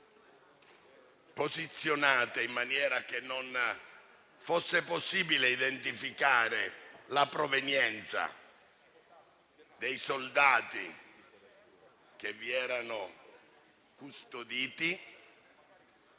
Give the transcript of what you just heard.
posizionate in maniera che non fosse possibile identificare la provenienza dei soldati che vi erano custoditi,